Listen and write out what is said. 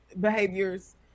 behaviors